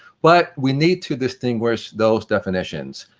but we need to distinguish those definitions.